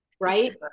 right